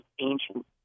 ancient